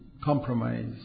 compromise